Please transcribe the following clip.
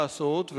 לעשות,